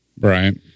right